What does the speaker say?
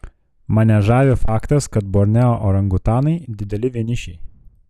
mane žavi faktas kad borneo orangutanai dideli vienišiai